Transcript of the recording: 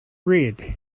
red